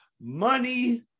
Money